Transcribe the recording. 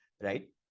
right